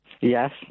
Yes